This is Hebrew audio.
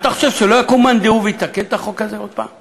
אתה חושב שלא יקום מאן דהוא ויתקן את החוק הזה עוד הפעם?